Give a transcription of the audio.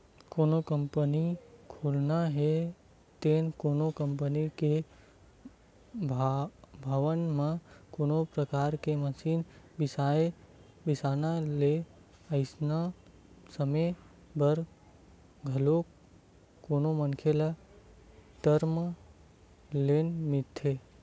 कोनो ल कंपनी खोलना हे ते कोनो कंपनी के भवन म कोनो परकार के मसीन बिसाना हे अइसन समे बर घलो कोनो मनखे ल टर्म लोन मिलथे